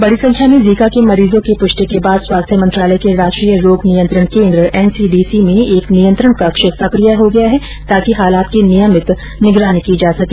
बडी संख्या में जीका के मरीजों की पुष्टि के बाद स्वास्थ्य मंत्रालय के राष्ट्रीय रोग नियंत्रण केंद्र एनसीडीसी में एक नियंत्रण कक्ष सक्रिय किया गया है ताकि हालात की नियमित निगरानी की जा सके